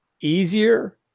easier